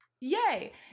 Yay